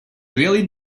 really